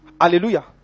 Hallelujah